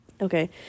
Okay